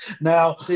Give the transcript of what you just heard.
Now